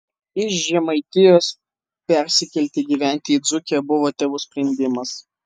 iš žemaitijos persikelti gyventi į dzūkiją buvo tėvų sprendimas